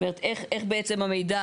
איך בעצם המידע